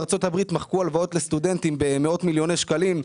בארצות-הברית מחקו הלוואות לסטודנטים במאות מיליוני שקלים.